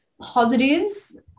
positives